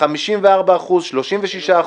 54%, 36%,